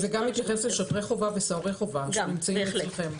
זה גם מתייחס לשוטרי חובה וסוהרי חובה שנמצאים אצלכם.